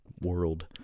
world